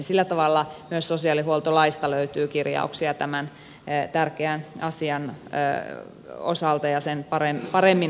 sillä tavalla myös sosiaalihuoltolaista löytyy kirjauksia tämän tärkeän asian osalta ja sen paremmin hoitamiseksi